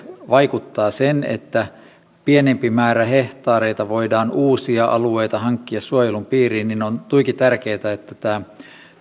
vaikuttavat sen että pienempi määrä hehtaareita voidaan uusia alueita hankkia suojelun piiriin niin on tuiki tärkeätä että tämä